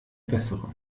bessere